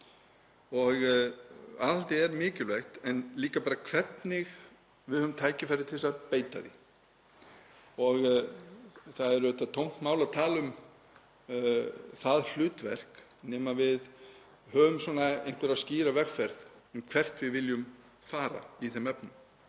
aðhaldið er mikilvægt, en líka bara hvernig við höfum tækifæri til að beita því. Það er auðvitað tómt mál að tala um það hlutverk nema við höfum einhverja skýra vegferð um hvert við viljum fara í þeim efnum.